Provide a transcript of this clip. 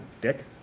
dick